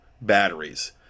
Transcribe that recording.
batteries